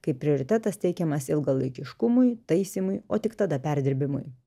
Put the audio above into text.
kai prioritetas teikiamas ilgalaikiškumui taisymui o tik tada perdirbimui